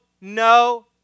no